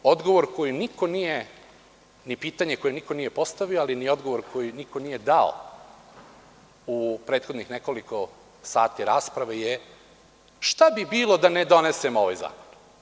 Međutim, odgovor koji niko nije, ni pitanje koje niko nije postavio, ali odgovor koji niko nije dao u prethodnih nekoliko sati rasprave je šta bi bilo da ne donesemo ovaj zakon?